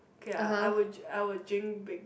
okay I I would I would drink big